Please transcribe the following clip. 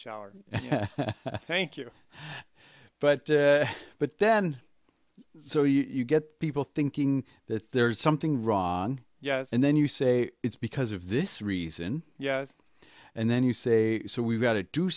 shower thank you but but then so you get people thinking that there is something wrong yes and then you say it's because of this reason yes and then you say so we've got to do